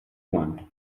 one